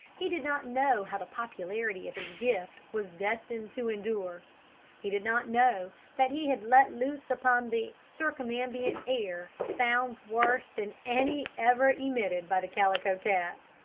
he did not know how the popularity of his gift was destined to endure he did not know that he had let loose upon the circumambient air sounds worse than any ever emitted by the calico cat.